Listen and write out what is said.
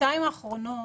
בשנתיים האחרונות